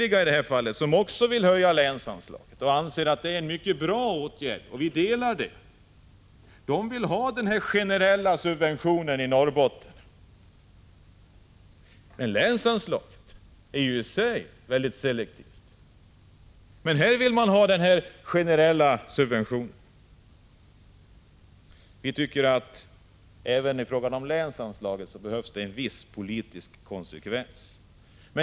Men de borgerliga, som också vill höja länsanslaget och anser att det är en mycket bra åtgärd, de vill ha en generell subvention i Norrbotten. Men länsanslaget är ju i sig mycket selektivt. Här vill emellertid de borgerliga ha en generell subvention. Vi tycker att det även i fråga om länsanslaget behövs en viss politisk konsekvens.